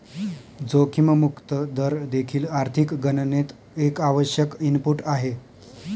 जोखीम मुक्त दर देखील आर्थिक गणनेत एक आवश्यक इनपुट आहे